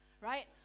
right